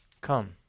Come